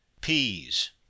peas